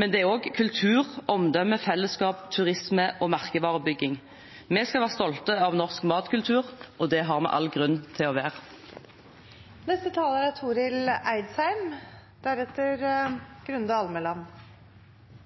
men det er også kultur, omdømme, fellesskap, turisme og merkevarebygging. Vi skal være stolte av norsk matkultur, og det har vi all grunn til å være. Noreg er